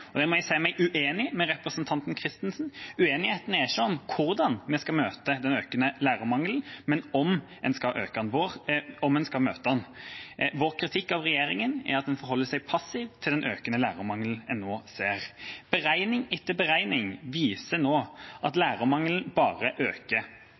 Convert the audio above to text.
må jeg si meg uenig med representanten Kristensen – uenigheten er ikke om hvordan vi skal møte den økende lærermangelen, men om vi skal møte den. Vår kritikk mot regjeringa er at den forholder seg passiv til den økende lærermangelen en nå ser. Beregning etter beregning viser nå at